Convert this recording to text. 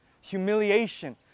humiliation